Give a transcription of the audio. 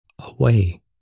away